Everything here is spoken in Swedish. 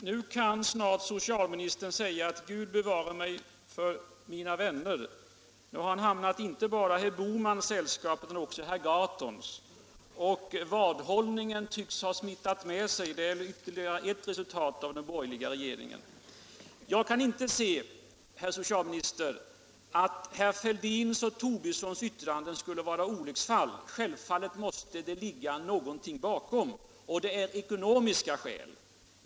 Herr talman! Nu kan socialministern snart säga: Gud bevare mig för mina vänner! Han har hamnat inte bar i herr Bohmans sällskap utan också i herr Gahrtons. Lusten till vadhållning tycks ha smittat av sig — det verkar vara ett resultat av den borgerliga regeringssamverkan. Jag kan inte se, herr socialminister, att herrar Fälldins och Tobissons yttranden skulle vara olycksfall. Självfallet måste det ligga någonting bakom, och det är ekonomiska skäl.